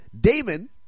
Damon